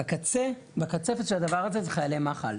בקצה, בקצפת של הדבר הזה זה חיילי מח"ל.